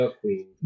Queen